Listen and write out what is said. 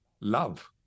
love